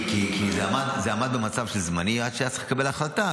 כי זה עמד במצב זמני והיה צריך לקבל החלטה,